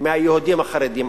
מהיהודים החרדים.